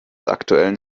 aktuellen